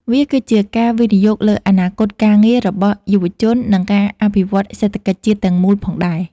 វាគឺជាការវិនិយោគលើអនាគតការងាររបស់យុវជននិងការអភិវឌ្ឍសេដ្ឋកិច្ចជាតិទាំងមូលផងដែរ។